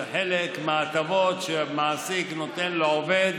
זה חלק מההטבות שהמעסיק נותן לעובד.